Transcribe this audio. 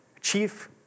chief